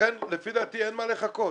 לכן לפי דעתי אין מה לחכות.